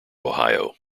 ohio